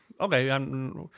Okay